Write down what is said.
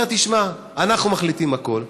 אומר: תשמע, אנחנו מחליטים הכול,